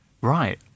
Right